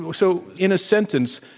so in a sentence,